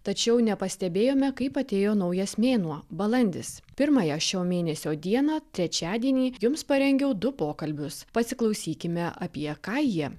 tačiau nepastebėjome kaip atėjo naujas mėnuo balandis pirmąją šio mėnesio dieną trečiadienį jums parengiau du pokalbius pasiklausykime apie ką jie